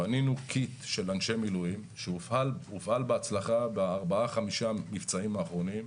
בנינו קיט של אנשי מילואים שהופעל בהצלחה בארבעה-חמישה מבצעים האחרונים,